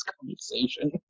conversation